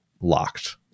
locked